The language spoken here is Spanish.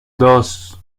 dos